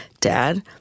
Dad